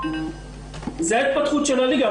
זו ההתפתחות של הליגה.